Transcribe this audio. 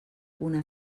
una